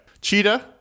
Cheetah